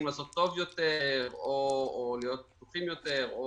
לעשות טוב יותר או להיות פתוחים יותר.